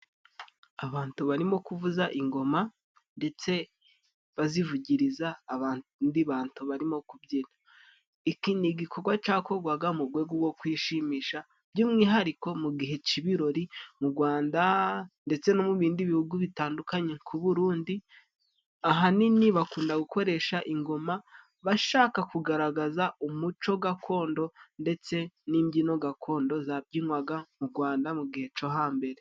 Abantu barimo kuvuza ingoma ndetse bazivugiriza abandi bantu barimo kubyina. Iki ni igikogwa cakogwaga mu gwego rwo kwishimisha by'umwihariko mu gihe c'ibirori mu Gwanda ndetse no mu bindi bihugu bitandukanye nk'u Burundi, ahanini bakunda gukoresha ingoma bashaka kugaragaza umuco gakondo ndetse n'imbyino gakondo zabyinwaga mu Gwanda mu gihe cyo hambere.